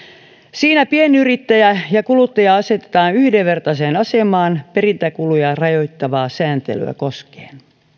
siinä pienyrittäjä ja kuluttaja asetetaan yhdenvertaiseen asemaan perintäkuluja rajoittavaa sääntelyä koskien